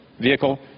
vehicle